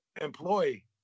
employee